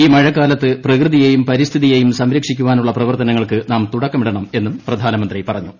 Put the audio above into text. ഈ മഴക്കാലത്ത് പ്രകൃതിയെയും പരിസ്ഥിതിയെയും സംരക്ഷിക്കാനുളള പ്രവർത്തനങ്ങൾക്ക് നാം തുടക്കമിടണം എന്നും പ്രധാനമന്ത്രി പറഞ്ഞു